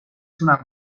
تونم